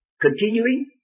continuing